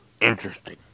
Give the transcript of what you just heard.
Interesting